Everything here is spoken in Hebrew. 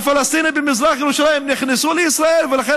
הפלסטינים במזרח ירושלים נכנסו לישראל ולכן